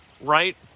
right